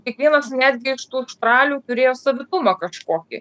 kiekvienas netgi iš tų štralių turėjo savitumą kažkokį